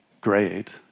great